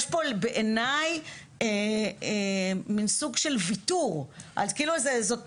יש פה בעיניי מעין סוג של ויתור, כאילו זאת